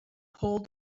pulled